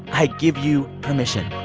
i give you permission